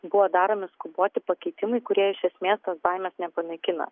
buvo daromi skuboti pakeitimai kurie iš esmės tos baimės nepanaikino